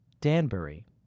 danbury